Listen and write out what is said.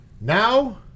Now